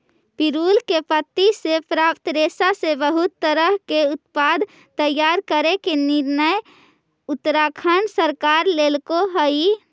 पिरुल के पत्ति से प्राप्त रेशा से बहुत तरह के उत्पाद तैयार करे के निर्णय उत्तराखण्ड सरकार लेल्के हई